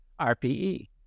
RPE